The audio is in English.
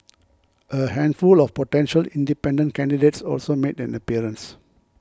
a handful of potential independent candidates also made an appearance